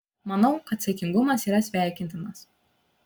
manau kad saikingumas yra sveikintinas